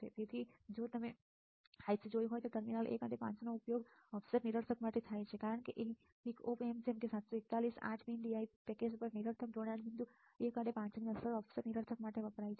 તેથી જો તમે IC જોયું હોય તો ટર્મિનલ 1 અને 5 નો ઉપયોગ ઓફસેટ નિરર્થક માટે થાય છે કારણ કે એક ઓપ એમ્પ જેમ કે 741 8 પીન DIP પેકેજ પર નિરર્થક જોડાણ બિંદુ 1 અને 5 ની અસર ઓફસેટ નિરર્થક માટે વપરાય છે